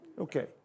Okay